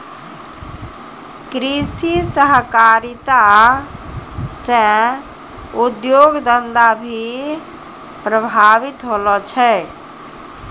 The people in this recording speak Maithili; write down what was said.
कृषि सहकारिता से उद्योग धंधा भी प्रभावित होलो छै